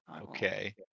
Okay